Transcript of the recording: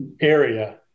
area